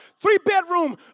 three-bedroom